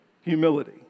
humility